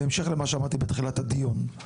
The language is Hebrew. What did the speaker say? בהמשך למה שאמרתי בתחילת הדיון.